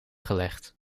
gelegd